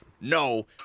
No